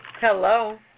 Hello